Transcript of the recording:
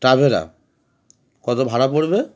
ট্রভেরা কত ভাড়া পড়বে